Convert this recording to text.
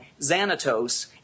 Xanatos